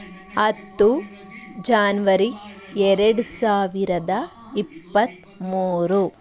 ಹತ್ತು ಜಾನ್ವರಿ ಎರಡು ಸಾವಿರದ ಇಪ್ಪತ್ತ್ಮೂರು